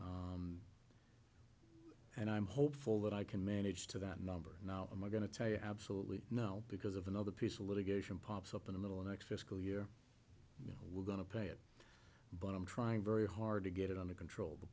and i'm hopeful that i can manage to that number now and we're going to tell you absolutely no because of another piece of litigation pops up in the middle of next fiscal year we're going to pay it but i'm trying very hard to get it under control the